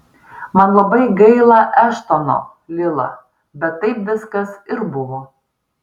man labai gaila eštono lila bet taip viskas ir buvo